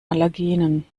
allergenen